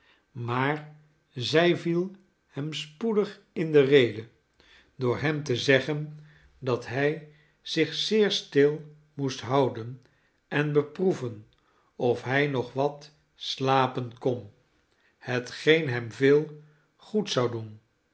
maar zij viel hem spoedig in de rede door hem te zeggen dat hij zich zeer stil moest houden en beproeven of hij nog wat slapen kon hetgeen hem veel goed zou doen